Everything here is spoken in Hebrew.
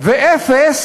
ואפס